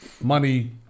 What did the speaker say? money